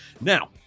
Now